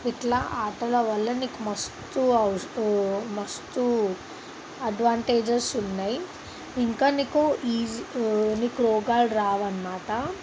ఇట్లా ఆటల వల్ల నీకు మస్తు ఔష్ మస్తు అడ్వాంటేజెస్ ఉన్నయి ఇంకా నీకు ఈజీ నీకు రోగాలు రావన్నమాట